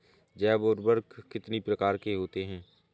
जैव उर्वरक कितनी प्रकार के होते हैं?